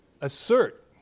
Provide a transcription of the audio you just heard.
assert